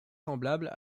semblables